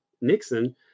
Nixon